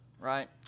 right